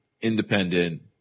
independent